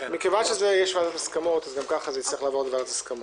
מכיוון שיש ועדת הסכמות אז גם ככה זה יצטרך לעבור את ועדת ההסכמות.